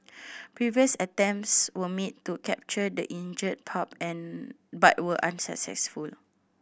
previous attempts were made to capture the injured pup and but were unsuccessful